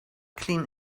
clean